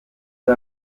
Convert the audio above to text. rwa